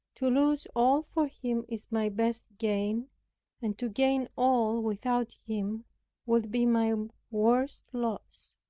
to lose all for him is my best gain and to gain all without him would be my worst loss.